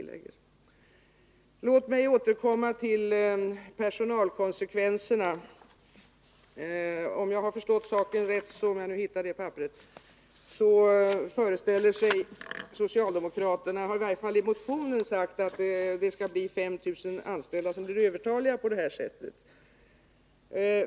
Låt mig återkomma till konsekvenserna på personalsidan. Om jag förstått saken rätt föreställer sig socialdemokraterna — de har i varje fall sagt det i motionen —att5 000 anställda blir övertaliga genom det här förslaget.